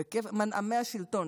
"מנעמי השלטון".